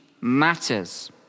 matters